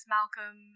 Malcolm